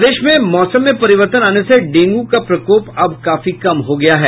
प्रदेश में मौसम में परिवर्तन आनेसे डेंगू का प्रकोप अब काफी कम हो गया है